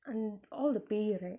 and all the பேய:peya right